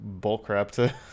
bullcrap